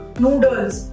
noodles